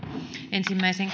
ensimmäiseen